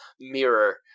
mirror